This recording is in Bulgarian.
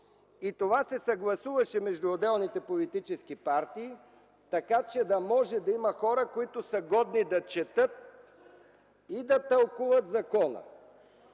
И това се съгласуваше между отделните политически партии, така че да може да има хора, които са годни да четат и да тълкуват закона.